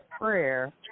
prayer